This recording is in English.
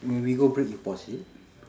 when we go break you pause it